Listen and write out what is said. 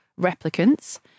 replicants